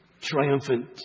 triumphant